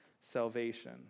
salvation